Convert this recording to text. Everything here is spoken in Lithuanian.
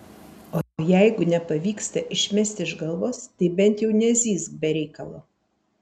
o jeigu nepavyksta išmesti iš galvos tai bent jau nezyzk be reikalo